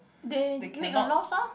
they make a loss lor